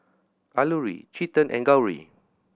Alluri Chetan and Gauri